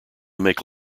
make